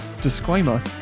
disclaimer